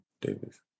Davis